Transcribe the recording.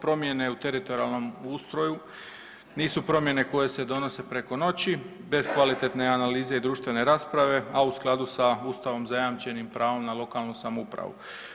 Promjene u teritorijalnom ustroju nisu promjene koje se donose preko noći, bez kvalitetne analize i društvene rasprave, a u skladu sa Ustavom zajamčenim pravom na lokalnu samoupravu.